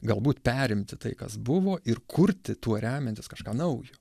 galbūt perimti tai kas buvo ir kurti tuo remiantis kažką naujo